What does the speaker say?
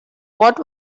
what